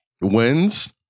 wins